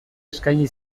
eskaini